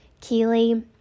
Keely